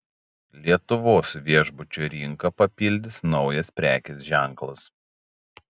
lietuvos viešbučių rinką papildys naujas prekės ženklas